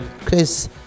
Chris